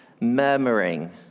murmuring